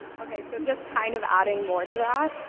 okay, so just kind of adding more to that.